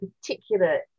particular